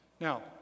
Now